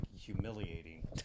humiliating